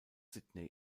sydney